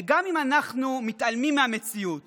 וגם אם אנחנו מתעלמים מהמציאות